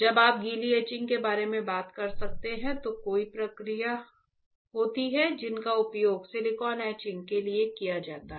जब आप गीली एचिंग के बारे में बात कर सकते हैं तो कई प्रक्रियाएँ होती हैं जिनका उपयोग सिलिकॉन एचिंग के लिए किया जाता है